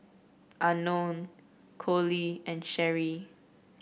unknown Coley and Sherie